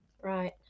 Right